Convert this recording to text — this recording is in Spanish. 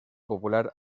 popular